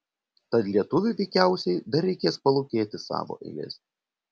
tad lietuviui veikiausiai dar reikės palūkėti savo eilės